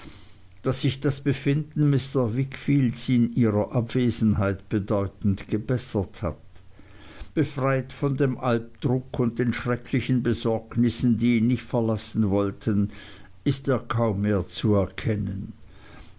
daß sich das befinden mr wickfields in ihrer abwesenheit bedeutend gebessert hat befreit von dem alpdruck und den schrecklichen besorgnissen die ihn nicht verlassen wollten ist er kaum mehr zu erkennen